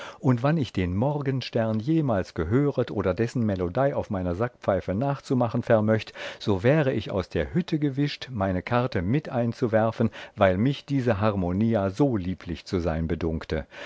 und wann ich den morgenstern jemals gehöret oder dessen melodei auf meiner sackpfeife aufzumachen vermöcht so wäre ich aus der hütte gewischt meine karte mit einzuwerfen weil mich diese harmonia so lieblich zu sein bedunkte